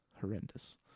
horrendous